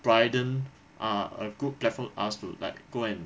brightened ah a good platform us to like go and